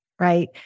right